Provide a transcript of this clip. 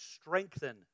strengthen